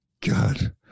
God